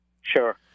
Sure